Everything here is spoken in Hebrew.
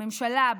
בממשלה,